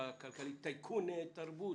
יש טייקוני תרבות